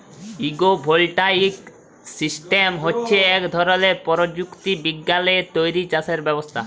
agro voltaic system হছে ইক ধরলের পরযুক্তি বিজ্ঞালে তৈরি চাষের ব্যবস্থা